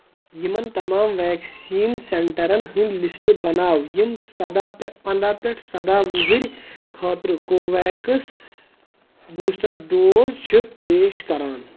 یِمَن تمام ویکسیٖن سینٹرن ہنٛدۍ لسٹ بناو یِم سبا پٮ۪ٹھ پَنٛداہ پٮ۪ٹھ سَداہ وُہرۍ خٲطرٕ کو وِو ویٚکس بوٗسٹر ڈوز چھِ پیش کران